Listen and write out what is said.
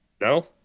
no